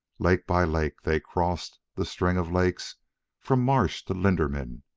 lake by lake they crossed the string of lakes from marsh to linderman,